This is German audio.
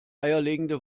eierlegende